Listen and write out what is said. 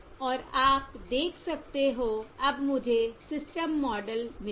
और आप देख सकते हो अब मुझे सिस्टम मॉडल मिलेगा